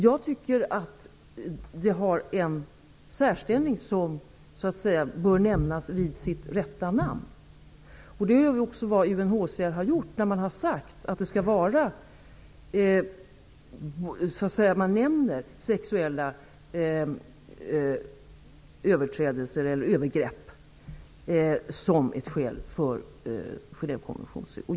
Jag tycker att de har en särställning som bör nämnas vid sitt rätta namn. Det är också vad UNHCR har gjort när man nämner sexuella övergrepp som ett skäl till att betraktas som flykting enligt Genèvekonventionen.